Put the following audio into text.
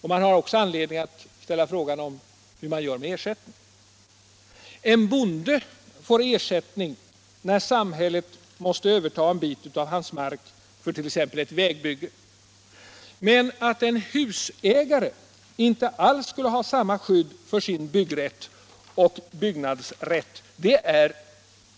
Det finns också anledning att ställa frågan: Hur gör man med ersättningen? En bonde får ersättning när samhället måste överta en bit av hans mark för t. ex ett vägbygge. Att en husägare inte alls skulle ha samma skydd för sin byggrätt och byggnadsrätt är